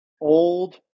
old